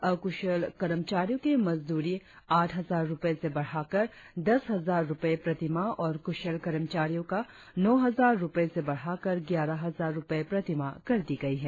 अकुशल कर्मचारियों की मजदूरी आठ हजार रुपए से बढ़कर दस हजार रुपए प्रति माह और कुशल कर्मचारियों का नौ हजार रुपए से बढ़कर ग्यारह हजार रुपए प्रति माह कर दी गई है